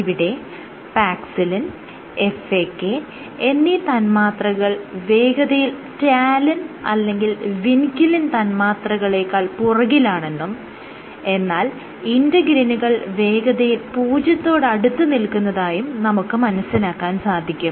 ഇവിടെ paxillin FAK എന്നീ തന്മാത്രകൾ വേഗതയിൽ റ്റാലിൻ അല്ലെങ്കിൽ വിൻക്യുലിൻ തന്മാത്രകളെക്കാൾ പുറകിലാണെന്നും എന്നാൽ ഇന്റെഗ്രിനുകൾ വേഗതയിൽ പൂജ്യത്തോടടുത്ത് നിൽക്കുന്നതായും നമുക്ക് മനസ്സിലാക്കാൻ സാധിക്കും